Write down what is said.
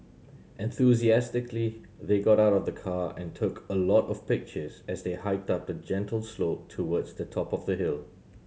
enthusiastically they got out of the car and took a lot of pictures as they hiked up a gentle slope towards the top of the hill